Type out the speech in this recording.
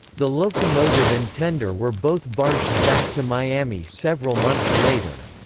the locomotive and tender were both barged back to miami several months later.